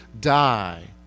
die